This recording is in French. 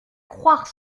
croire